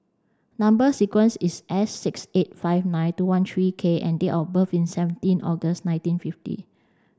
number sequence is S six eight five nine two one three K and date of birth is seventeen August nineteen fifty